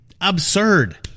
absurd